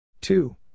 Two